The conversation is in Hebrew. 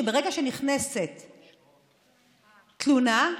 וברגע שנכנסת תלונה,